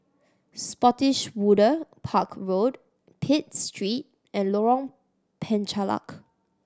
Spottiswoode Park Road Pitt Street and Lorong Penchalak